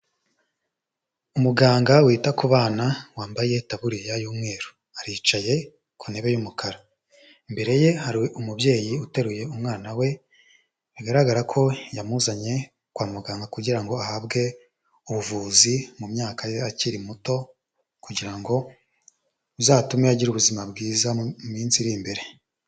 Umuganga wita ku bana wambaye itaburiya y'umweru, aricaye ku ntebe y'umukara, imbere ye hari umubyeyi uteruye umwana we, bigaragara ko yamuzanye kwa muganga kugira ngo ahabwe ubuvuzi mu myaka ye akiri muto kugira ngo bizatume agira ubuzima bwiza mu minsi iri imbere.